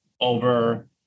over